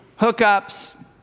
hookups